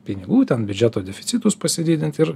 pinigų ten biudžeto deficitus pasididint ir